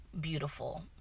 beautiful